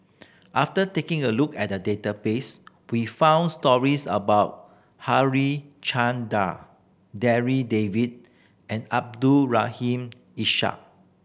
after taking a look at the database we found stories about Darryl David and Abdul Rahim Ishak